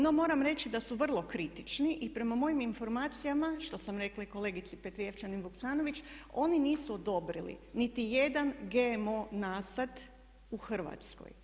No, moram reći da su vrlo kritični i prema mojim informacijama što sam rekla i kolegici Petrijevčanin Vuksanović oni nisu odobrili nitijedan GMO nasad u Hrvatskoj.